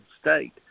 state